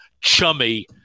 chummy